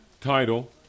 title